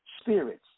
spirits